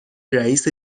رئیس